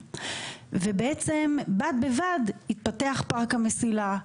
ובעצם בד בבד התפתח פארק המסילה,